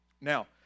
Now